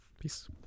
Peace